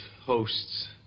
hosts